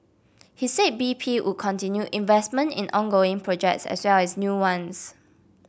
he said B P would continue investment in ongoing projects as well as new ones